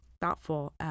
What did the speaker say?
thoughtful